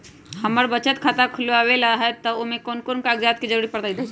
हमरा बचत खाता खुलावेला है त ए में कौन कौन कागजात के जरूरी परतई?